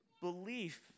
belief